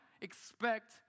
expect